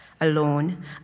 alone